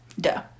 Duh